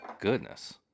goodness